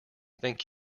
thank